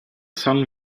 son